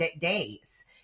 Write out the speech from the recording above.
days